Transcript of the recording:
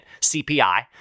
CPI